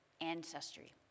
ancestry